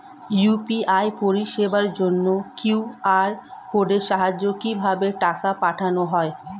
UPI পরিষেবার জন্য QR কোডের সাহায্যে কিভাবে টাকা পাঠানো হয়?